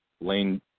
Lane